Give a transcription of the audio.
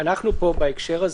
כל הזמן אומרים: